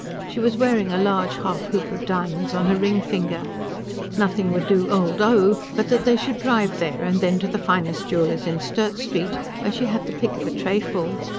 she was wearing a large half-hoop of diamonds on her ring-finger nothing would do old o. but that they should drive there and then to the finest jeweller's in sturt street, where she had the pick of a trayful.